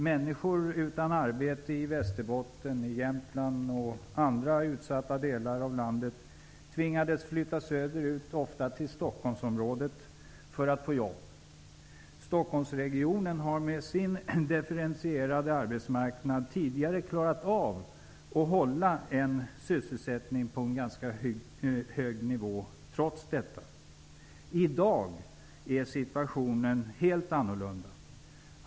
Människor utan arbete i Västerbotten, Jämtland och andra utsatta delar av landet tvingades flytta söderut, ofta till Stockholmsområdet, för att få jobb. Stockholmsregionen har med sin differentierade arbetsmarknad tidgare klarat av att hålla sysselsättningen på en ganska hög nivå. I dag är situationen helt annorlunda.